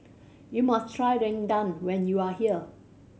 you must try rendang when you are here